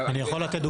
אני מנסה להבין.